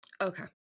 Okay